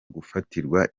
gufatirwa